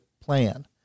plan